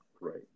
Right